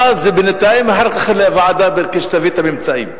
הסרה, נתאם אחר כך לוועדה, כשתביא את הממצאים.